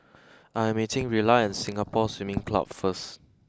I am meeting Rilla at Singapore Swimming Club first